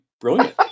brilliant